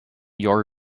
your